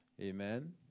Amen